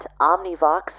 omnivox